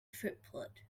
triplet